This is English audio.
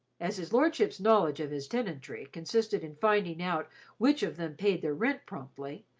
as his lordship's knowledge of his tenantry consisted in finding out which of them paid their rent promptly,